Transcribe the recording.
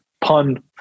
Pun